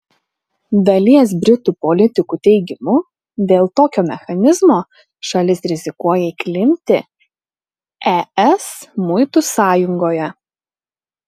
dalies britų politikų teigimu dėl tokio mechanizmo šalis rizikuoja įklimpti es muitų sąjungoje